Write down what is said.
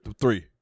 three